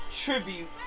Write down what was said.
tribute